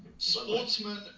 Sportsman